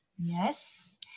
Yes